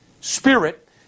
spirit